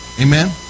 amen